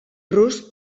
rus